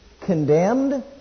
condemned